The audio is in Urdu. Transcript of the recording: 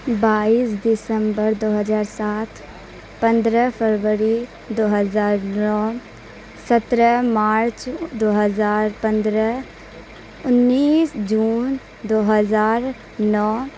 بائیس دسمبر دو ہزار سات پندرہ فروری دو ہزار نو سترہ مارچ دو ہزار پندرہ انیس جون دو ہزار نو